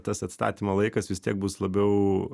tas atstatymo laikas vis tiek bus labiau